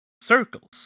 circles